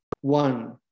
one